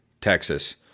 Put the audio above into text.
Texas